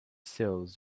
sills